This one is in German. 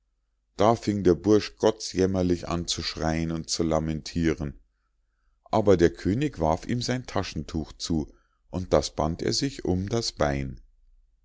da fing der bursch gottsjämmerlich an zu schreien und zu lamentiren aber der könig warf ihm sein taschentuch zu und das band er sich um das bein